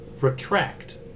retract